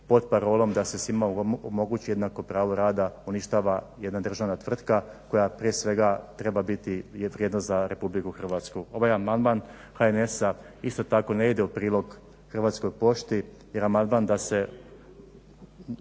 pod parolom da se svima omogući jednako pravo rada uništava jedna državna tvrtka koja prije svega je vrijedna za Republiku Hrvatsku. Ovaj amandman HNS-a isto tako ne ide u prilog Hrvatskoj pošti jer amandman da se